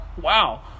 Wow